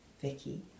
Vicky